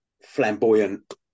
flamboyant